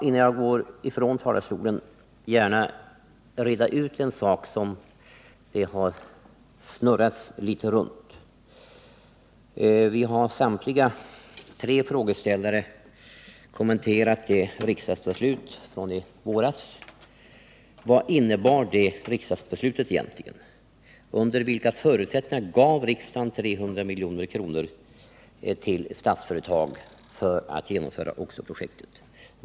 Innan jag lämnar talarstolen vill jag gärna reda ut en sak som man har snurrat runt litet grand. Samtliga tre frågeställare har kommenterat riksdagsbeslutet från i våras. Vad innebar det riksdagsbeslutet egentligen? Under vilka förutsättningar gav riksdagen 300 milj.kr. till Statsföretag för genomförandet av oxo-projektet?